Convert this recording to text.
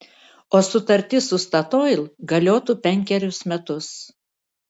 o sutartis su statoil galiotų penkerius metus